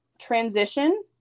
transition